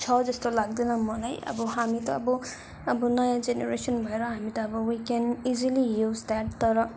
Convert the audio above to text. छ जस्तो लाग्दैन मलाई अब हामी त अब अब नयाँ जेनेरेसन भएर हामी त अब we can easily use that तर